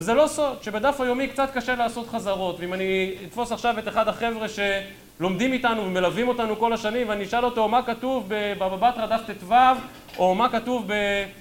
זה לא סוד שבדף היומי קצת קשה לעשות חזרות ואם אני אתפוס עכשיו את אחד החבר'ה שלומדים איתנו ומלווים אותנו כל השנים ואני אשאל אותו מה כתוב בבבא בתרא דף ט״ו או מה כתוב ב...